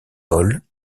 paul